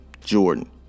Jordan